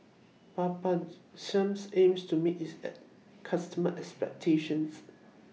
Peptamen seems aims to meet its An customers' expectations